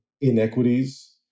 inequities